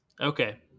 Okay